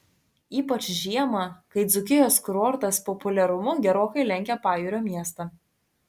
ypač žiemą kai dzūkijos kurortas populiarumu gerokai lenkia pajūrio miestą